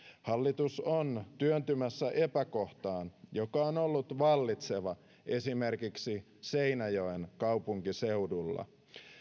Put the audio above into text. hallitus on työntymässä epäkohtaan joka on ollut vallitseva esimerkiksi seinäjoen kaupunkiseudulla